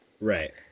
Right